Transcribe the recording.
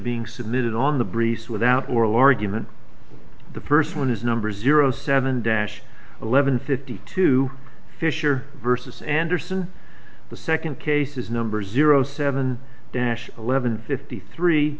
being submitted on the briefs without oral argument the first one is number zero seven dash eleven fifty two fisher versus andersen the second case is number zero seven dash eleven fifty three